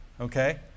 Okay